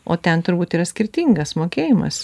o ten turbūt yra skirtingas mokėjimas